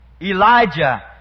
Elijah